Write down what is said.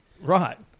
Right